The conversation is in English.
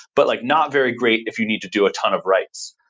but like not very great if you need to do a ton of writes.